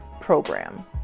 program